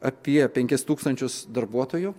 apie penkis tūkstančius darbuotojų